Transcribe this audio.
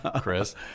Chris